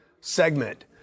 segment